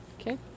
Okay